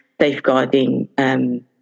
safeguarding